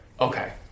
Okay